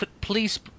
please